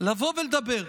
לבוא ולדבר.